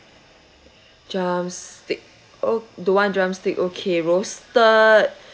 drumstick oh don't want drumstick okay roasted